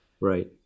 Right